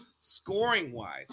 scoring-wise